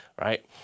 right